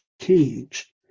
change